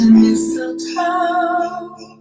mistletoe